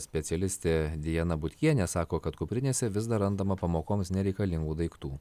specialistė diana butkienė sako kad kuprinėse vis dar randama pamokoms nereikalingų daiktų